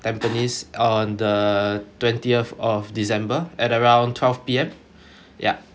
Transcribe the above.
tampines on the twentieth of december at around twelve P_M yup